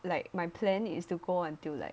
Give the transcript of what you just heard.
like my plan is to go until like